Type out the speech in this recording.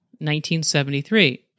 1973